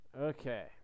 Okay